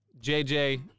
JJ